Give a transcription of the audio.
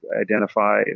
identify